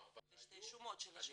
ושתי שומות של השמאים.